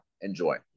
Enjoy